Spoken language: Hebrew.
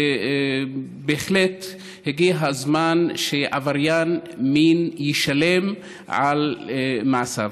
ובהחלט הגיע הזמן שעבריין מין ישלם על מעשיו.